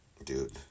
Dude